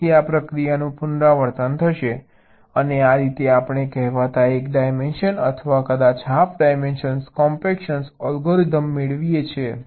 તેથી આ પ્રક્રિયાનું પુનરાવર્તન થશે અને આ રીતે આપણે કહેવાતા એક ડાયમેન્શન અથવા કદાચ હાફ ડાયમેન્શનલ કોમ્પેક્શન અલ્ગોરિધમ મેળવીએ છીએ